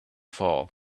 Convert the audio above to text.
fall